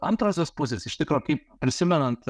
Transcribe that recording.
antrosios pusės iš tikro kaip prisimenant